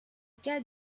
cas